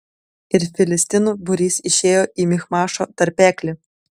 ir filistinų būrys išėjo į michmašo tarpeklį